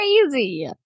crazy